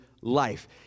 life